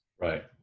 right